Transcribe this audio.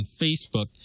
Facebook